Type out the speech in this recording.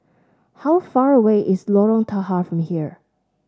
how far away is Lorong Tahar from here